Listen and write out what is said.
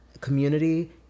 community